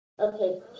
Okay